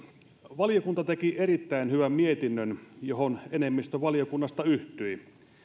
valiokunta teki erittäin hyvän mietinnön johon enemmistö valiokunnasta yhtyi